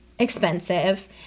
expensive